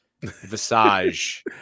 Visage